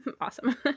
Awesome